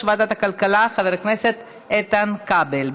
ועדת הכלכלה חבר הכנסת איתן כבל.